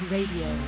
Radio